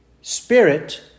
spirit